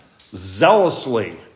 zealously